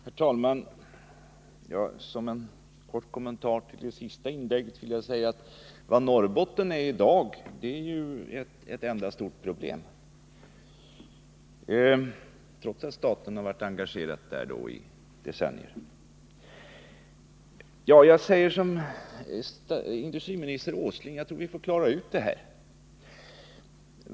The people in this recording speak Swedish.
Herr talman! Som en kort kommentar till det senaste inlägget vill jag säga vad Norrbotten är i dag. Det är ju ett enda stort problem, trots att staten har varit engagerad där i decennier. Beträffande SSAB säger jag som industriminister Åsling att jag tror att vi måste klara ut det här.